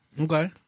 Okay